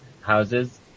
houses